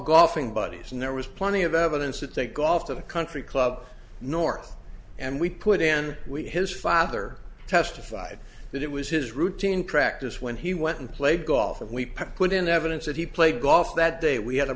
golfing buddies and there was plenty of evidence that they got off of a country club north and we put in we his father testified that it was his routine practice when he went and played golf and we put in evidence that he played golf that day we had a